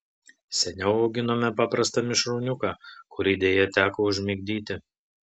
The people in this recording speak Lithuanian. seniau auginome paprastą mišrūniuką kurį deja teko užmigdyti